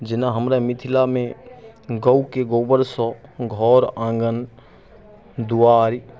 जेना हमरा मिथिलामे गौके गोबरसँ घऽर आँगन दुआरि